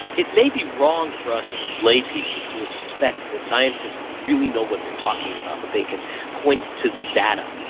it may be wrong for us laypeople to expect that scientists really know what they're talking about, that they can point to the data.